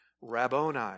Rabboni